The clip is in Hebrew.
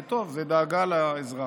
זה טוב, זאת דאגה לאזרח.